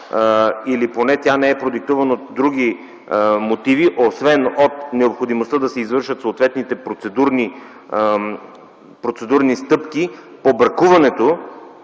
или поне тя не е продиктувана от други мотиви, освен от необходимостта да се извършат съответните процедурни стъпки по бракуването